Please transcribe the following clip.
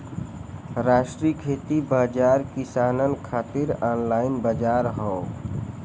राष्ट्रीय खेती बाजार किसानन खातिर ऑनलाइन बजार हौ